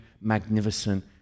magnificent